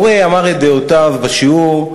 המורה אמר את דעותיו בשיעור,